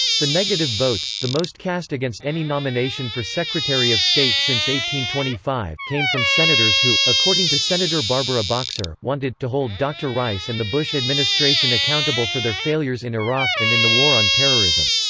the negative votes, the most cast against any nomination for secretary of state since twenty five, came from senators who, according to senator barbara boxer, wanted to hold dr. rice and the bush administration accountable for their failures in iraq and in the war on terrorism.